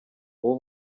wowe